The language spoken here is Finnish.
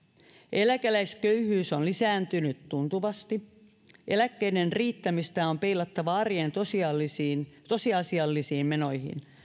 eläkeläisköyhyys on lisääntynyt tuntuvasti eläkkeiden riittämistä on peilattava arjen tosiasiallisiin tosiasiallisiin menoihin